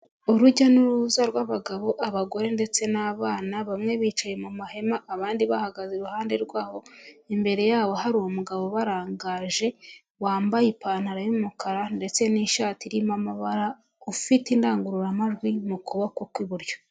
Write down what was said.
Urujya n'uruza rw'abagabo abagore ndetse n'abana, bamwe bicaye mu mahema, abandi bahagaze iruhande rwaho, imbere yabo hari umugabo ubarangaje, wambaye ipantaro y'umukara ndetse n'ishati irimo amabara, ufite indangururamajwi mu kuboko kw'iburyo.